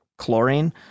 chlorine